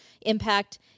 impact